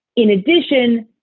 in addition,